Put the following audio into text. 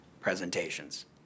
presentations